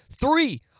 three